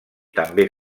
també